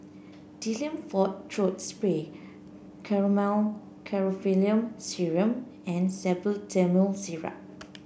Difflam Forte Throat Spray Chlormine Chlorpheniramine Syrup and Salbutamol Syrup